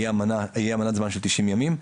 יהיה אמנת זמן של 90 ימים.